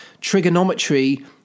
trigonometry